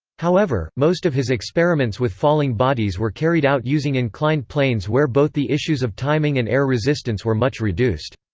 however, most of his experiments with falling bodies were carried out using inclined planes where both the issues of timing and air resistance were much reduced.